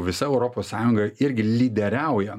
visa europos sąjunga irgi lyderiauja